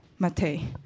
Matei